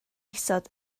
isod